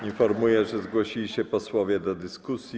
Informuję, że zgłosili się posłowie do dyskusji.